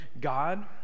god